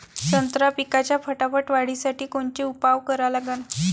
संत्रा पिकाच्या फटाफट वाढीसाठी कोनचे उपाव करा लागन?